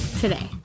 today